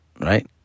right